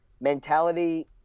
mentality